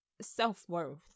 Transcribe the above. self-worth